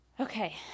Okay